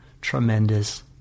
tremendous